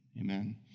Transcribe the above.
amen